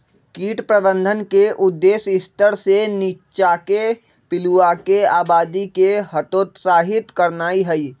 कीट प्रबंधन के उद्देश्य स्तर से नीच्चाके पिलुआके आबादी के हतोत्साहित करनाइ हइ